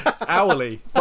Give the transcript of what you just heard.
hourly